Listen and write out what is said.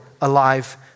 alive